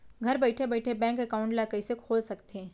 घर बइठे बइठे बैंक एकाउंट ल कइसे खोल सकथे?